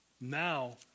Now